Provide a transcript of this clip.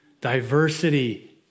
Diversity